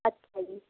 ਅੱਛਾ ਜੀ